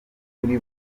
kuri